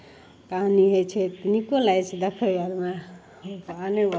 काम रहै छै नीको लागै छै देखैओमे